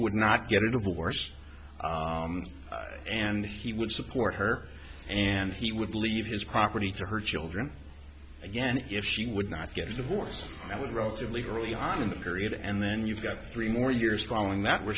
would not get a divorce and he would support her and he would leave his property to her children again if she would not get a divorce that was relatively early on in the period and then you've got three more years following that where